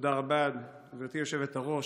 תודה רבה, גברתי היושבת-ראש.